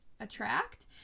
attract